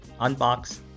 Unbox